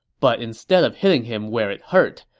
but instead of hitting him where it hurt,